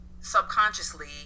subconsciously